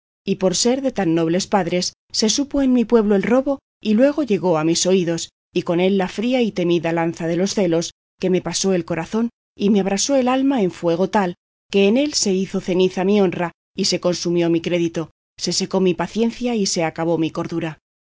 y por ser de tan nobles padres se supo en mi pueblo el robo y luego llegó a mis oídos y con él la fría y temida lanza de los celos que me pasó el corazón y me abrasó el alma en fuego tal que en él se hizo ceniza mi honra y se consumió mi crédito se secó mi paciencia y se acabó mi cordura